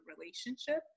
relationship